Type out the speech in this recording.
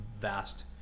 vast